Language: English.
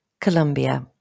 Colombia